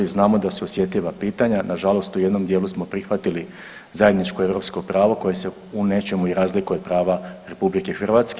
Znamo da su osjetljiva pitanja, nažalost u jednom dijelu smo prihvatili zajedničko europsko pravo koje se u nečemu i razlikuje od prava RH.